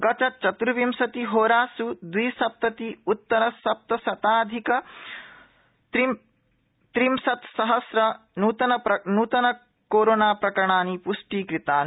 गतचतुविंशति होरासु द्वि सप्तति उत्तर सप्तशताधिक अष्टत्रिंशत् सहस्रं नूतन कोरोना प्रकरणानि प्ष्टिकृतानि